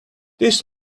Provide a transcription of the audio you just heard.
this